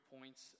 points